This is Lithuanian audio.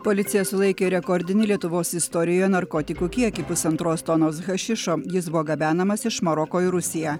policija sulaikė rekordinį lietuvos istorijoje narkotikų kiekį pusantros tonos hašišo jis buvo gabenamas iš maroko į rusiją